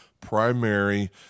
primary